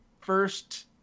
first